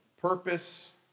Purpose